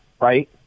right